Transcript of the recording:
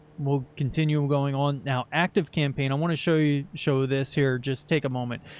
we'll continue on going on now, activecampaing. i want to show you show this here. just take a moment.